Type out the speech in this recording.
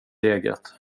eget